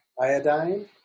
iodine